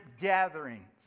gatherings